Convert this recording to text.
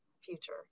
future